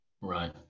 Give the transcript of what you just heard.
Right